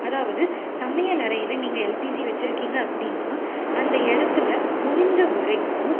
அதாவது சமையல் அறையில் நீங்கள் எல்பிஜி வெச்சுருக்கீங்க அப்படினா அந்த இடத்தில முடிஞ்ச வரைக்கும்